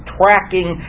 tracking